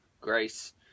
Grace